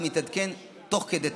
ומתעדכנים תוך כדי תנועה.